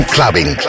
Clubbing